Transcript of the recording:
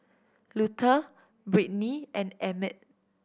Luther Brittnee and Emett